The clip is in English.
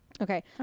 Okay